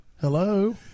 Hello